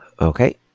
Okay